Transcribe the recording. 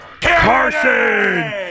Carson